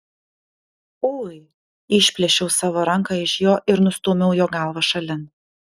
ui išplėšiau savo ranką iš jo ir nustūmiau jo galvą šalin